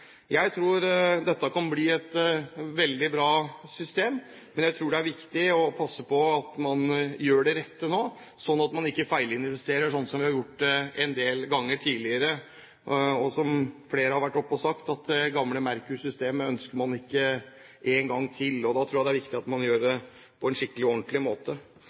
Jeg tror dette kan bli et veldig bra system, men jeg tror det er viktig å passe på at man gjør det rette nå, sånn at man ikke feilinvesterer, som vi har gjort en del ganger tidligere. Og som flere har sagt: Det gamle Merkur-systemet ønsker man ikke én gang til. Da tror jeg det er viktig at man gjør dette på en skikkelig og ordentlig måte.